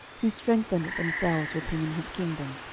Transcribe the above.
who strengthened themselves with him in his kingdom,